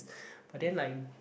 but then like